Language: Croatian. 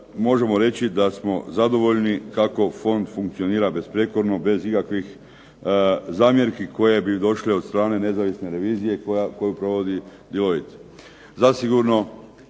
Možemo reći da smo zadovoljni kako fond funkcionira besprijekorno, bez ikakvih zamjerki koje bi došle od strane nezavisne revizije koju provodi Deloitte.